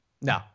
no